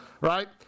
right